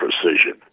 precision